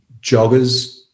joggers